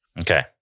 Okay